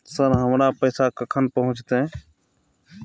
Sir, हमर पैसा कखन पहुंचतै?